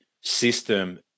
system